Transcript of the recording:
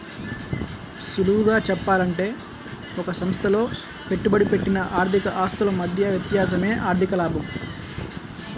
సులువుగా చెప్పాలంటే ఒక సంస్థలో పెట్టుబడి పెట్టిన ఆర్థిక ఆస్తుల మధ్య వ్యత్యాసమే ఆర్ధిక లాభం